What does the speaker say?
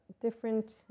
different